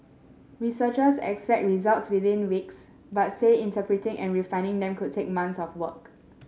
researchers expect results within weeks but say interpreting and refining them could take months of work